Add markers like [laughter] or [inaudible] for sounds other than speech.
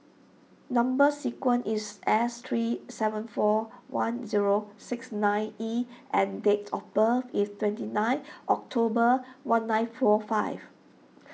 number [unintelligible] is S three seven four one zero six nine E and date of birth is twenty nine October one nine four five